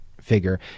figure